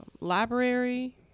library